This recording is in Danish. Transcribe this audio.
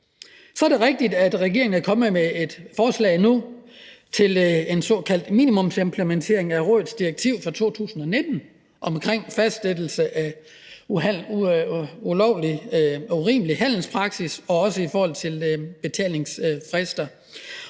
Så er det rigtigt, at regeringen er kommet med et forslag nu til en såkaldt minimumsimplementering af rådets direktiv fra 2019 omkring fastsættelse af urimelig handelspraksis og også i forhold til betalingsfrister.